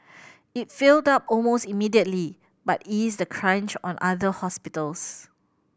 it filled up almost immediately but eased the crunch on other hospitals